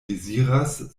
deziras